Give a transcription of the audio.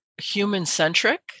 human-centric